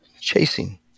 chasing